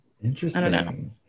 interesting